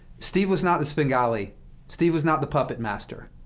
steve was not the svengali steve was not the puppet master,